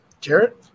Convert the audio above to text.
Jarrett